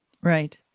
Right